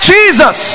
Jesus